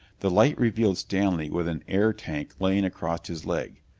the light revealed stanley with an air tank lying across his leg.